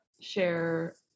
share